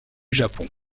japon